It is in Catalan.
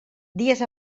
dies